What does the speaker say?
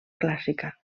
clàssica